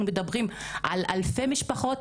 אנחנו מדברים על אלפי משפחות,